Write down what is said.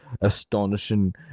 astonishing